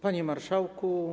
Panie Marszałku!